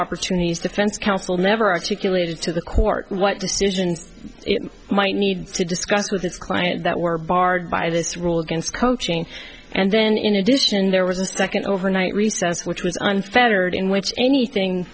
opportunities defense counsel never articulated to the court what decisions might need to discuss with his client that were barred by this rule against coaching and then in addition there was a second overnight recess which was unfair heard in which anything